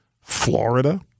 Florida